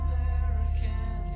American